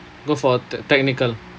go for tech~ technical